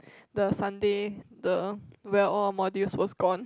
the Sunday the where all modules was gone